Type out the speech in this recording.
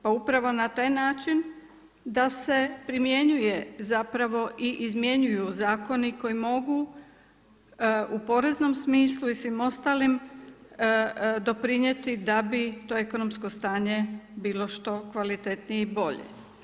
Pa upravo na taj način da se primjenjuje zapravo i izmjenjuju zakoni koji mogu u poreznom smislu i svim ostalim doprinijeti da bi to ekonomsko stanje bilo što kvalitetnije i bolje.